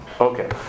Okay